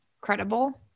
credible